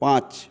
পাঁচ